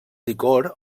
licor